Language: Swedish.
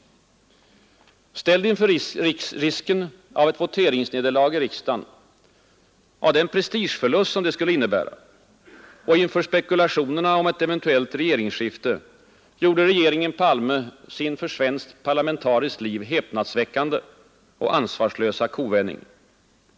Ställd inför risken av ett voteringsnederlag i riksdagen, av den prestigeförlust detta skulle innebära och inför spekulationerna om ett eventuellt regeringsskifte gjorde regeringen Palme sin för svenskt parlamentariskt liv häpnadsväckande och ansvarslösa kovändning.